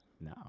No